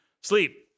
sleep